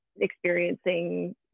experiencing